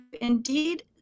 indeed